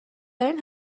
دارین